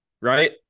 Right